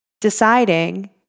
deciding